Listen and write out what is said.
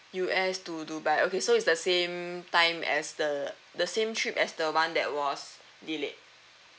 U_S to dubai okay so it's the same time as the the same trip as the one that was delayed